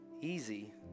easy